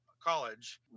college